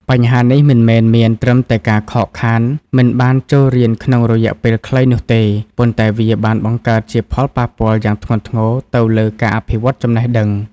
បញ្ហានេះមិនមែនមានត្រឹមតែការខកខានមិនបានចូលរៀនក្នុងរយៈពេលខ្លីនោះទេ ប៉ុន្តែវាបានបង្កើតជាផលប៉ះពាល់យ៉ាងធ្ងន់ធ្ងរទៅលើការអភិវឌ្ឍចំណេះដឹង។